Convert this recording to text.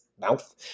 mouth